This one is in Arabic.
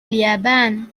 اليابان